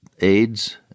AIDS